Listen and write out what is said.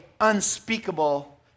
unspeakable